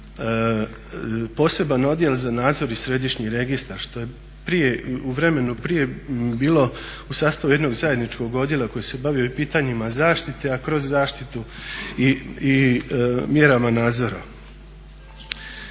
poseban odjel za nadzor i središnji registar što je prije, u vremenu prije bilo u sastavu jednog zajedničkog odjela koji se bavio i pitanjima zaštite a kroz zaštitu i mjerama nadzora.